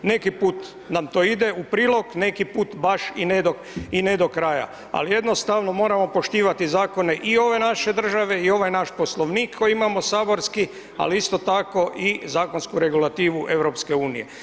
Neki put nam to ide u prilog, neki put baš i ne do kraja, ali jednostavno moramo poštivati zakone i ove naše države i ovaj naš Poslovnik koji imamo saborski, ali isto tako i zakonsku regulativu EU.